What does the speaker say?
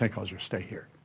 think i'll just stay here.